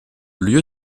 lieu